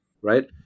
Right